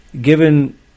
given